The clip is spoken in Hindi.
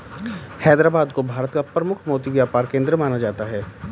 हैदराबाद को भारत का प्रमुख मोती व्यापार केंद्र माना जाता है